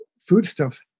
foodstuffs